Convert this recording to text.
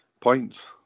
points